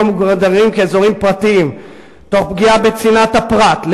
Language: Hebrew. המוגדרים כאזורים פרטיים תוך פגיעה בצנעת הפרט,